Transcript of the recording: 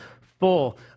full